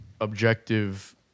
objective